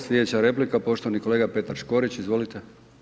Slijedeća replika poštovani kolega Petar Škorić, izvolite.